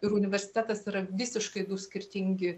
ir universitetas yra visiškai du skirtingi